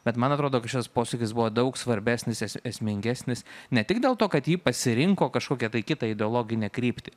bet man atrodo kad šitas posakis buvo daug svarbesnis es esmingesnis ne tik dėl to kad ji pasirinko kažkokią tai kitą ideologinę kryptį